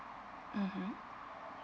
mmhmm